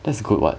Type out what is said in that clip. that's good what